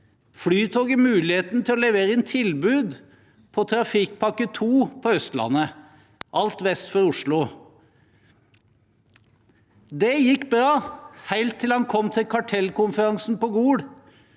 Flytoget muligheten til å levere inn tilbud på Trafikkpakke 2 på Østlandet, alt vest for Oslo. Det gikk bra helt til Jonas kom til kartellkonferansen på Gol.